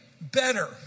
better